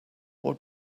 what